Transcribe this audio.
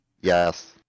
Yes